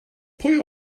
pwy